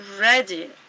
ready